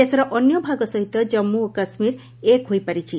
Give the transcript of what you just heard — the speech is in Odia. ଦେଶର ଅନ୍ୟ ଭାଗ ସହିତ ଜନ୍ମ୍ବ ଓ କାଶ୍ମୀର ଏକ୍ ହୋଇପାରିଛି